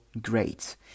great